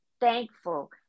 thankful